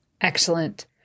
Excellent